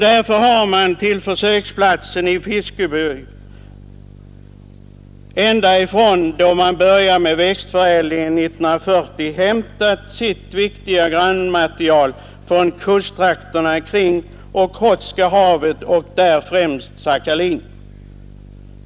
Därför har man till ———— försöksplatsen i Fiskeby alltsedan man började med växtförädling 1940 Bidrag till viss prak hämtat sitt viktiga grundmaterial från kusttrakterna kring Okhotska tiskt vetenskaplig växtförädling havet och där främst Sakhalin.